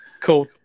Cool